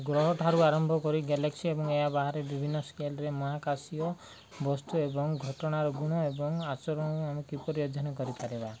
ଗ୍ରହ ଠାରୁ ଆରମ୍ଭ କରି ଗ୍ୟାଲେକ୍ସି ଏବଂ ଏହା ବାହାରେ ବିଭିନ୍ନ ସ୍କେଲରେ ମହାକାଶୀୟ ବସ୍ତୁ ଏବଂ ଘଟଣାର ଗୁଣ ଏବଂ ଆଚରଣ ଆମେ କିପରି ଅଧ୍ୟୟନ କରିପାରିବା